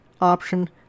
option